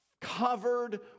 covered